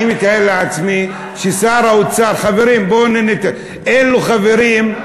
אני מתאר לעצמי ששר האוצר, חברים, אין לו חברים,